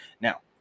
now